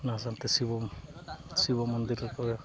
ᱚᱱᱟ ᱥᱟᱶᱛᱮ ᱥᱤᱵᱚ ᱥᱤᱵᱚ ᱢᱚᱱᱫᱤᱨ ᱨᱮᱠᱚ